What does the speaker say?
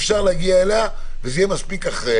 אפשר להגיע אליה, וזה יהיה מספיק אחראי.